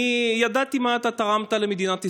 אני ידעתי מה אתה תרמת למדינת ישראל,